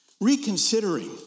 reconsidering